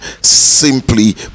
Simply